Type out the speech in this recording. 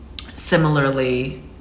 similarly